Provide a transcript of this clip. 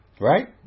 Right